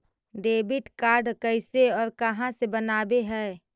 Debit card कैसे और कहां से बनाबे है?